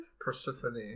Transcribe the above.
Persephone